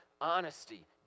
honesty